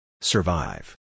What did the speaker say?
Survive